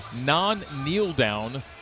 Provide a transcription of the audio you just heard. non-kneel-down